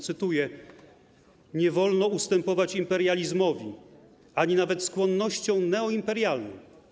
Cytuję: Nie wolno ustępować imperializmowi ani nawet skłonnościom neoimperialnym.